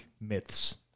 myths